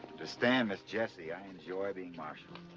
but understand, miss jessie, i enjoy being marshal.